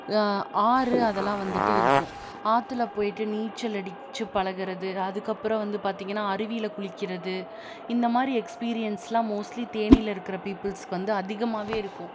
ஆறு அதெல்லாம் வந்துட்டு இருக்கும் ஆற்றுல போய்ட்டு நீச்சல் அடிச்சு பழகுறது அதுக்கப்புறம் வந்து பார்த்திங்கன்னா அருவியில் குளிக்கிறது இந்தமாதிரி எக்ஸ்பீரியன்ஸெலாம் மோஸ்ட்லி தேனியில் இருக்கிற பீபுள்ஸ்க்கு வந்து அதிகமாகவே இருக்கும்